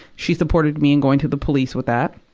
she supported me in going to the police with that.